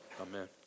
amen